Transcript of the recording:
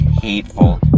hateful